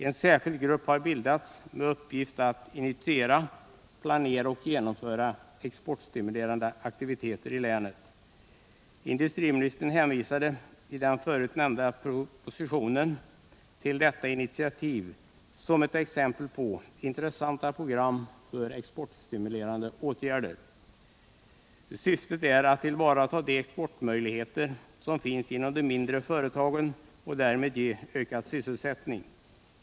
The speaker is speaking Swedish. En särskild grupp har bildats med uppgift att initiera, planera och genomföra exportstimulerande aktiviteter i länet. Industriministern hänvisade i den förut nämnda propositionen till detta initiativ som exempel på intressanta program för exportstimulerande åtgärder. Syftet är att tillvarata de exportmöjligheter som finns inom de mindre företagen och därmed ge ökad sysselsättning.